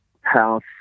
House